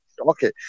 Okay